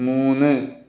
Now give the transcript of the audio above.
മൂന്ന്